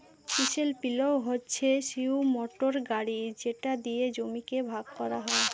chisel পিলও হচ্ছে সিই মোটর গাড়ি যেটা দিয়ে জমিকে ভাগ করা হয়